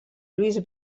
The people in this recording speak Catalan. lluís